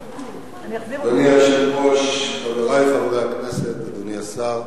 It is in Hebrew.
אדוני היושב-ראש, חברי חברי הכנסת, אדוני השר,